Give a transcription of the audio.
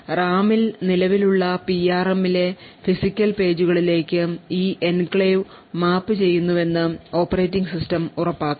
റാമിൽ നിലവിലുള്ള പിആർഎമ്മിലെ ഫിസിക്കൽ പേജുകളിലേക്ക് ഈ എൻക്ലേവ് മാപ്പുചെയ്യുന്നുവെന്ന് ഓപ്പറേറ്റിംഗ് സിസ്റ്റം ഉറപ്പാക്കും